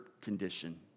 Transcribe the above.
condition